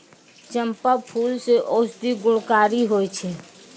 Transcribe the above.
चंपा फूल मे औषधि गुणकारी होय छै